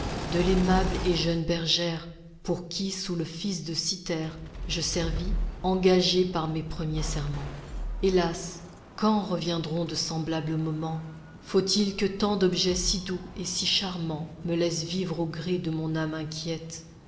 de l'aimable et jeune bergère pour qui sous le fils de cythère je servis engagé par mes premiers serments hélas quand reviendront de semblables moments faut-il que tant d'objets si doux et si charmants me laissent vivre au gré de mon âme inquiète